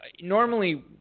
normally